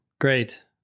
Great